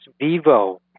vivo